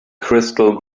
crystal